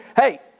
hey